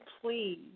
please